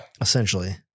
Essentially